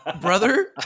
brother